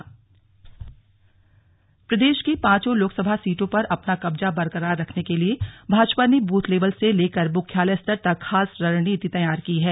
slug Bhajpa Congress प्रदेश की पांचों लोकसभा सीटों पर अपना कब्जा बरकरार रखने के लिए भाजपा ने बूथ लेवल से लेकर मुख्यालय स्तर तक खास रणनीति तैयार की है